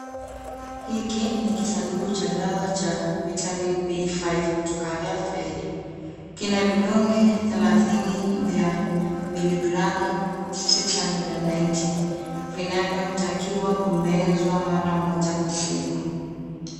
Hiki ni kisanduku cha dawa cha Vitamin B5 kutoka HealthAid. Kina vidonge thelathini vya miligramu six hundred and ninety vinavyotakiwa kumezwa mara moja kwa siku.